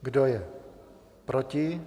Kdo je proti?